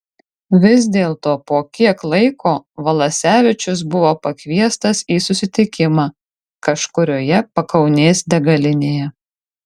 vis dėlto po kiek laiko valasevičius buvo pakviestas į susitikimą kažkurioje pakaunės degalinėje